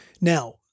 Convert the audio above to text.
now